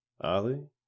Ali